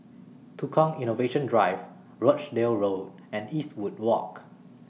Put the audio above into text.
Tukang Innovation Drive Rochdale Road and Eastwood Walk